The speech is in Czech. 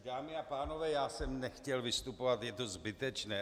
Dámy a pánové, já jsem nechtěl vystupovat, je to zbytečné.